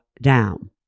down